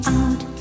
out